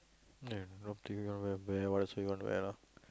and up to you lah you want to wear what also wear lah